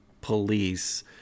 police